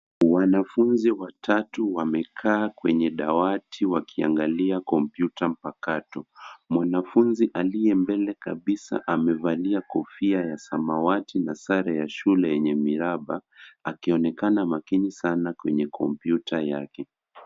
Wanafunzi watatu wamekaa kwenye dawati wakiangalia kompyuta mpakato. Mwanafunzi aliye mbele kabisa amevalia kofia ya samawati na sare ya shule yenye miraba, akionekana makini sana kwenye kompyuta yake.